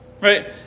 right